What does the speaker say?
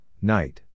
night